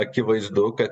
akivaizdu kad